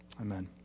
Amen